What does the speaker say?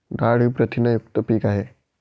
डाळ ही प्रथिनयुक्त पीक आहे